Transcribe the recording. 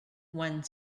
one